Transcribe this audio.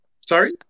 Sorry